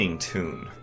tune